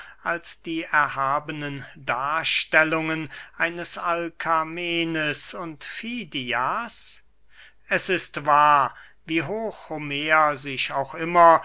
als die erhabenen darstellungen eines alkamenes und fidias es ist wahr wie hoch homer sich auch immer